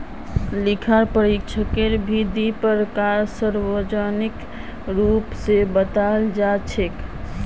लेखा परीक्षकेरो भी दी प्रकार सार्वजनिक रूप स बताल जा छेक